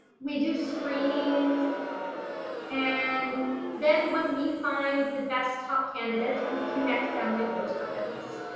we do screenings and then when we find the best top candidate we connect them with those companies.